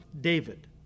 David